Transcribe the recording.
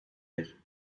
uur